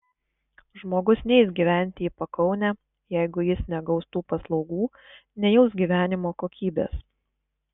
žmogus neis gyventi į pakaunę jeigu jis negaus tų paslaugų nejaus gyvenimo kokybės